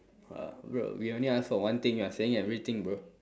uh bro we only ask for one thing you are saying everything bro